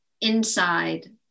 inside